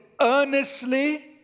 earnestly